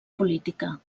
política